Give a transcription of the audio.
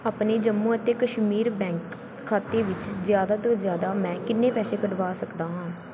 ਆਪਣੇ ਜੰਮੂ ਅਤੇ ਕਸ਼ਮੀਰ ਬੈਂਕ ਖਾਤੇ ਵਿੱਚ ਜ਼ਿਆਦਾ ਤੋਂ ਜ਼ਿਆਦਾ ਮੈਂ ਕਿੰਨੇ ਪੈਸੇ ਕਢਵਾ ਸਕਦਾ ਹਾਂ